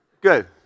Good